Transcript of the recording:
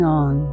on